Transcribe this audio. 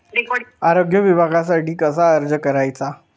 आरोग्य विम्यासाठी कसा अर्ज करायचा?